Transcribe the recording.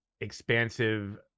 expansive